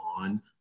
on